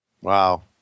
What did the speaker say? Wow